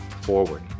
forward